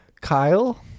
Kyle